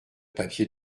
papier